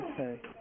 Okay